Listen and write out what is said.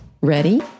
Ready